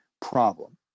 problem